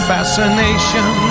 Fascination